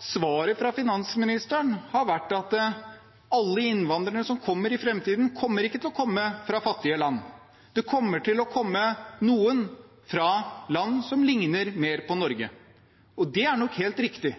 Svaret fra finansministeren har vært at alle innvandrerne som kommer i framtiden, kommer ikke til å komme fra fattige land. Det kommer til å komme noen fra land som ligner mer på Norge, og det er nok helt riktig.